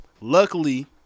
Luckily